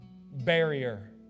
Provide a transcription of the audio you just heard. barrier